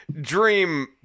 Dream